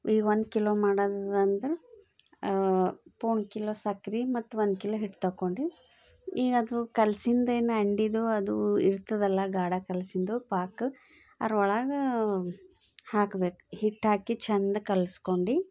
ಈಗ ಒಂದು ಕಿಲೋ ಮಾಡೋದಂದ್ರೆ ಪೋಣ ಕಿಲೋ ಸಕ್ರೆ ಮತ್ತು ಒಂದು ಕಿಲೋ ಹಿಟ್ಟು ತಗೊಂಡು ಈಗ ಅದು ಕಲ್ಸಿದ್ದೇನು ಅಂಡಾದ್ದು ಅದು ಇರ್ತದಲ್ಲ ಗಾಢ ಕಲ್ಸಿದ್ದು ಪಾಕ ಅದರೊಳಗ ಹಾಕ್ಬೇಕು ಹಿಟ್ಹಾಕಿ ಚೆಂದ ಕಲ್ಸ್ಕೊಂಡು